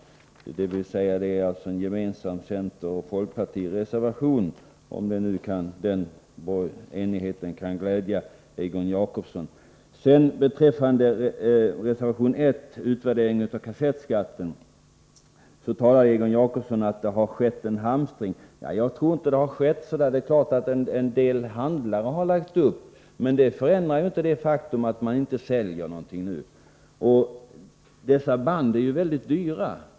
Det är alltså en gemensam center-folkpartireservation — om nu den enigheten kan glädja Egon Jacobsson. Beträffande reservation 1, om utvärdering av kassettskatt, säger Egon Jacobsson att det har skett hamstring. Jag tror inte det. Det är klart att en del handlare har lagt upp lager, men det förändrar inte det faktum att man nu inte säljer något. Dessa band är mycket dyra.